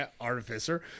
Artificer